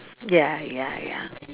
ya ya ya